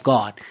God